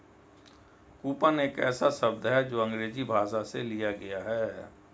coupon एक ऐसा शब्द है जो अंग्रेजी भाषा से लिया गया है